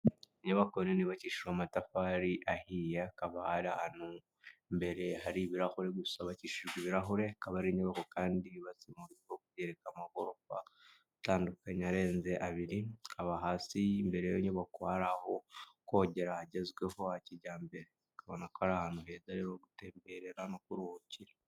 Inyubako nini yubakishira amatafari ahiya akaba ari ahantu mbere hari ibirahuri gusa bakishijwe ibirahureba ari inyubako kandi yubatse umu kuyereka amagorofa atandukanye arenze abiri aba hasi'bere y'inyubako hari aho ukogera hagezweho ha kijyambere akabona ko ari ahantu heza ho gutemberera no kuruhukira.